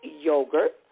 yogurt